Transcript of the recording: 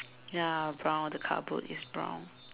ya brown the car boot is brown